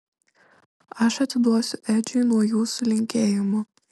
aš atiduosiu edžiui nuo jūsų linkėjimų